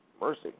Mercy